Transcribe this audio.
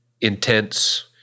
intense